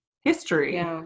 history